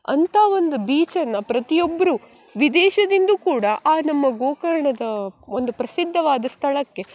ಅಂತ ಒಂದು ಬೀಚನ್ನು ಪ್ರತಿಯೊಬ್ಬರೂ ವಿದೇಶದಿಂದ ಕೂಡ ಆ ನಮ್ಮ ಗೋಕರ್ಣದ ಒಂದು ಪ್ರಸಿದ್ಧವಾದ ಸ್ಥಳಕ್ಕೆ